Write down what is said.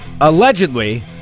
allegedly